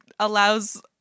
Allows